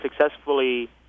successfully